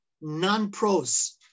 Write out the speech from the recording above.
non-pros